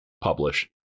publish